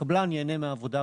הקבלן ייהנה מעבודה,